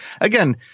Again